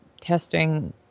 testing